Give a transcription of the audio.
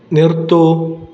നിർത്തൂ